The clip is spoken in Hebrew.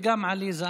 וגם עליזה,